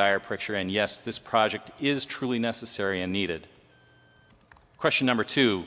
dire picture and yes this project is truly necessary and needed question number two